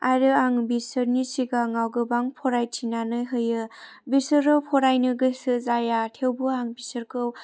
आरो आं बिसोरनि सिगाङाव गोबां फरायथिनानै होयो बिसोरो फरायनो गोसो जाया थेवबो आं बिसोरखौ